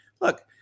Look